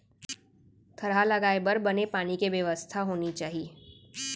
थरहा लगाए बर बने पानी के बेवस्था होनी चाही